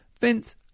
Vince